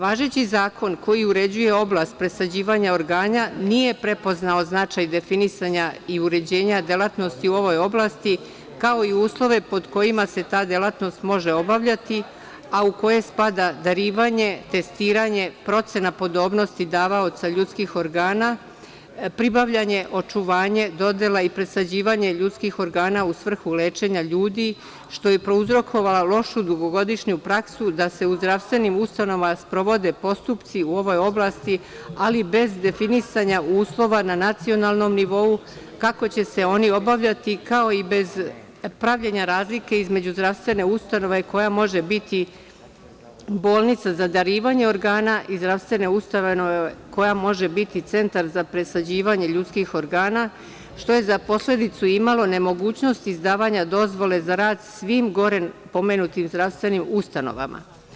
Važeći zakon koji uređuje oblast presađivanja organa nije prepoznao značaj definisanja i uređenja delatnosti u ovoj oblasti, kao i uslove pod kojima se ta delatnost može obavljati, a u koje spada darivanje, testiranje, procena podobnosti davaoca ljudskih organa, pribavljanje, očuvanje, dodela i presađivanje ljudskih organa u svrhu lečenja ljudi, što je prouzrokovalo lošu dugogodišnju praksu da se u zdravstvenim ustanovama sprovode postupci u ovoj oblasti, ali bez definisanja uslova na nacionalnom nivou kako će se oni obavljati, kao i bez pravljenja razlike između zdravstvene ustanove koja može biti bolnica za darivanje organa i zdravstvene ustanove koja može biti centar za presađivanje ljudskih organa, što je za posledicu imalo nemogućnost izdavanja dozvole za rad svim gore pomenutim zdravstvenim ustanovama.